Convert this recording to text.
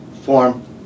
form